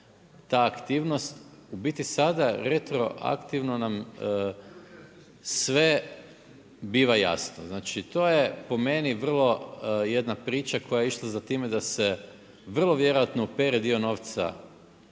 ta aktivnost, u biti sada retroaktivno nam sve biva jasno. Znači, to je po meni vrlo jedna priča koja je išla za time da se vrlo vjerojatno opere dio novca